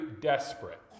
desperate